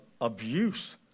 abuse